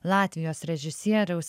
latvijos režisieriaus